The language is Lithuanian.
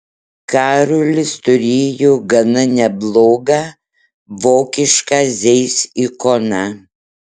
karolis turėjo gana neblogą vokišką zeiss ikoną